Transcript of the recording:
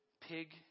pig